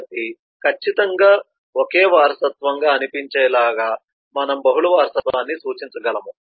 కాబట్టి ఖచ్చితంగా ఒకే వారసత్వంగా అనిపించేలా గా మనం బహుళ వారసత్వాన్ని సూచించగలము